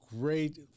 great